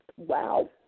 Wow